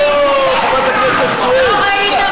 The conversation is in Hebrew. או, חברת הכנסת סויד.